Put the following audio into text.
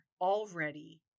already